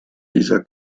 dieser